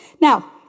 Now